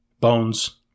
Bones